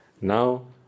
Now